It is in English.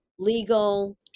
Legal